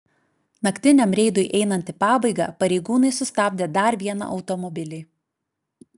naktiniam reidui einant į pabaigą pareigūnai sustabdė dar vieną automobilį